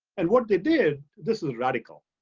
and what they did, this is radical.